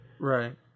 Right